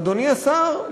אדוני השר,